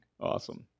Awesome